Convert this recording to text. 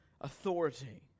authority